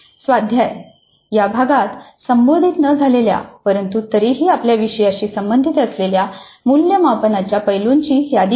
स्वाध्याय या भागात संबोधित न झालेल्या परंतु तरीही आपल्या विषयाशी संबंधित असलेल्या मूल्यमापनाच्या पैलूंची यादी करा